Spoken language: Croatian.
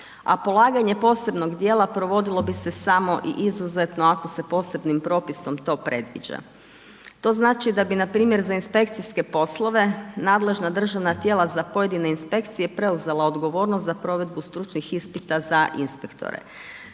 a polaganje posebnog dijela, provodilo bi se samo i izuzetno ako se posebnim propisom to predviđa. To znači da bi npr. za inspekcijske poslove nadležna državna tijela za pojedine inspekcije preuzela odgovornost, za provedbu stručnih ispita za inspektore.